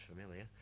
Familiar